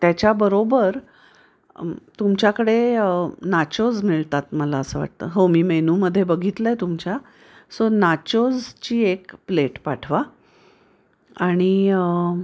त्याच्याबरोबर तुमच्याकडे नाचोज मिळतात मला असं वाटतं हो मी मेनूमध्ये बघितलं आहे तुमच्या सो नाचोजची एक प्लेट पाठवा आणि